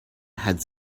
had